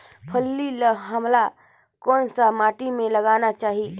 फल्ली ल हमला कौन सा माटी मे लगाना चाही?